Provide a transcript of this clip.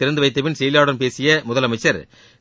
திறந்து வைத்த பின் செய்தியாளர்களிடம் பேசிய முதலமைச்சர்